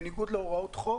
בניגוד להוראות החוק,